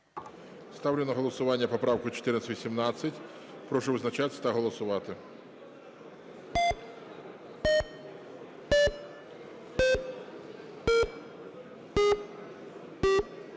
Ставлю на голосування поправку 1418. Прошу визначатись та голосувати.